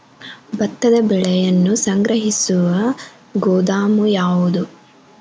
ಭತ್ತದ ಬೆಳೆಯನ್ನು ಸಂಗ್ರಹಿಸುವ ಗೋದಾಮು ಯಾವದು?